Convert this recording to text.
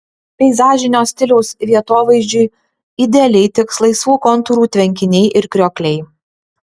peizažinio stiliaus vietovaizdžiui idealiai tiks laisvų kontūrų tvenkiniai ir kriokliai